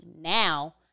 Now